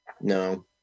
no